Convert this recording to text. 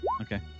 okay